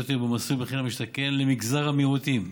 דיור במסלול מחיר למשתכן למגזר המיעוטים.